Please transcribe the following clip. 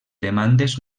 demandes